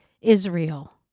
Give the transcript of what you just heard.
Israel